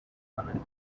کند